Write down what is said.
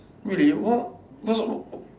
really what what so~